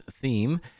theme